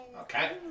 Okay